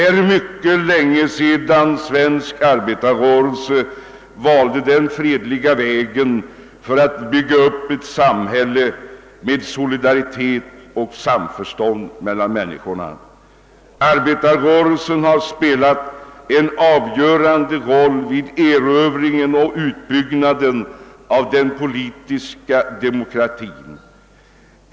Svensk arbetarrörelse valde för mycket länge sedan den fredliga vägen för att bygga upp ett samhälle med solidaritet och samförstånd mellan människorna. Arbetarrörelsen har spelat en avgörande roll vid uppbyggnaden av den politiska demokratin.